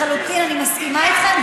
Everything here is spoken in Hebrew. לחלוטין אני מסכימה איתכם,